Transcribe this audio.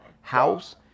house